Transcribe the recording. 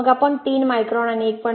मग आपण 3 मायक्रॉन आणि 1